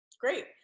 Great